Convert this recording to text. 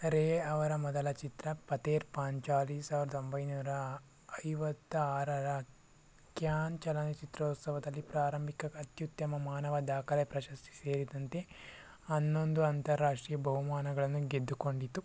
ರೇ ಅವರ ಮೊದಲ ಚಿತ್ರ ಪತೇರ್ ಪಾಂಚಾಲಿ ಸಾವ್ರ್ದ ಒಂಬೈನೂರ ಐವತ್ತಾರರ ಕ್ಯಾನ್ ಚಲನಚಿತ್ರೋತ್ಸವದಲ್ಲಿ ಪ್ರಾರಂಭಿಕ ಅತ್ಯುತ್ತ್ಯಮ ಮಾನವ ದಾಖಲೆ ಪ್ರಶಸ್ತಿ ಸೇರಿದಂತೆ ಹನ್ನೊಂದು ಅಂತರಾಷ್ಟ್ರೀಯ ಬಹುಮಾನಗಳನ್ನು ಗೆದ್ದುಕೊಂಡಿತು